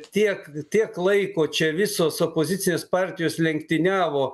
tiek tiek laiko čia visos opozicinės partijos lenktyniavo